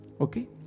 okay